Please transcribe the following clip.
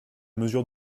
mesure